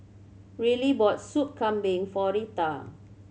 Rylie bought Soup Kambing for Rita